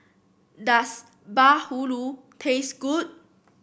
does bahulu taste good